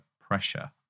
pressure